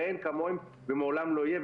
אין כמוהם ומעולם לא יהיה,